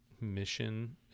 mission